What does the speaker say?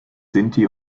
sinti